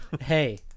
Hey